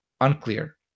unclear